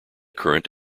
current